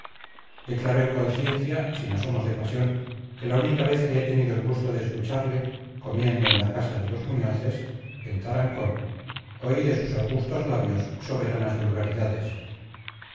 declaro en conciencia sin asomos de pasión que la única vez que he tenido el gusto de escucharle comiendo en la casa de los muñoces en tarancón oí de sus augustos labios soberanas vulgaridades